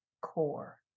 core